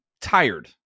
tired